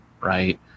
right